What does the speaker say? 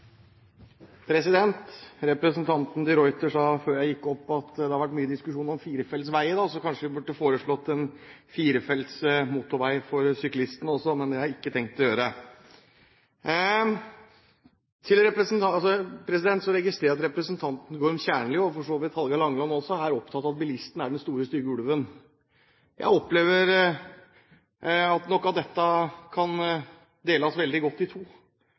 Representanten de Ruiter sa før jeg gikk opp på talerstolen at det har vært mye diskusjon om firefelts vei i dag, så kanskje vi burde foreslått en firefelts motorvei for syklistene også. Men det har jeg ikke tenkt å gjøre. Så registrerer jeg at representanten Gorm Kjernli, og for så vidt Hallgeir Langeland også, er opptatt av at bilistene er den store stygge ulven. Jeg opplever nok at dette kan deles veldig godt i to.